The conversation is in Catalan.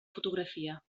fotografia